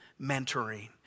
mentoring